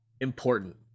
important